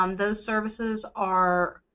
um those services are